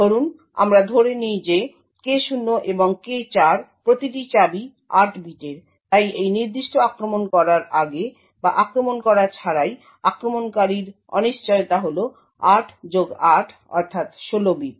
ধরুন আমরা ধরে নিই যে K0 এবং K4 প্রতিটি চাবিই 8 বিটের তাই এই নির্দিষ্ট আক্রমণ করার আগে বা আক্রমণ করা ছাড়াই আক্রমণকারীর অনিশ্চয়তা হল 8 যোগ 8 অর্থাৎ 16 বিট